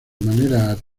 manera